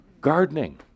gardening